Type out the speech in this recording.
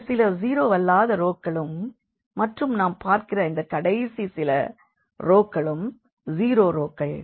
இந்த சில ஜீரோவல்லாத ரோக்களும் மற்றும் நாம் பார்க்கிற இந்த கடைசி சில ரோக்களும் 0 ரோக்கள்